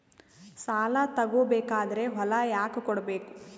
ಸಾಲ ತಗೋ ಬೇಕಾದ್ರೆ ಹೊಲ ಯಾಕ ಕೊಡಬೇಕು?